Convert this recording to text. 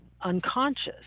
unconscious